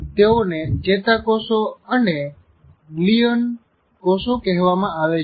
તેઓને ચેતા કોષો અને ગ્લીયલ કોષો કેહવામા આવે છે